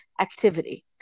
activity